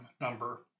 number